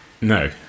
No